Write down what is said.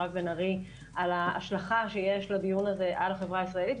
מירב בן ארי על ההשלכה שיש לדיון הזה על החברה הישראלית.